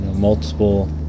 multiple